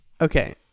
Okay